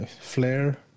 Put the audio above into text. Flare